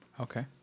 okay